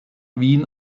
wien